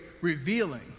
revealing